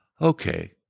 okay